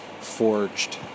forged